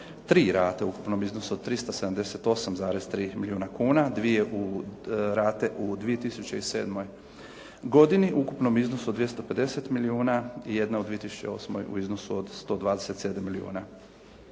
tri rate u ukupnom iznosu od 378,3 milijuna, dvije rate u 2007. godini u ukupnom iznosu od 250 milijuna i jedna u 2008. u iznosu od 127 milijuna.